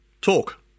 Talk